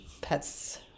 pets